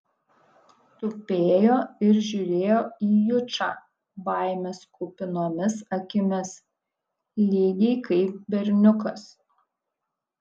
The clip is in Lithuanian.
tupėjo ir žiūrėjo į jučą baimės kupinomis akimis lygiai kaip berniukas